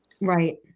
Right